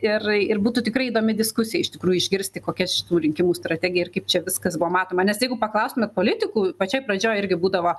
ir ir būtų tikrai įdomi diskusija iš tikrųjų išgirsti kokia šitų rinkimų strategija ir kaip čia viskas buvo matoma nes jeigu paklaustumėt politikų pačioj pradžioj irgi būdavo